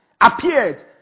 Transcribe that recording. appeared